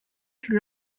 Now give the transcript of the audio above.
fut